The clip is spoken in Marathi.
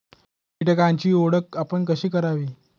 कीटकांची ओळख आपण कशी करावी?